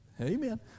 Amen